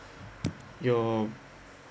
your